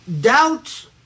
Doubt